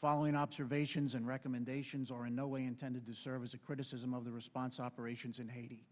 following observations and recommendations are in no way intended to serve as a criticism of the response operations in haiti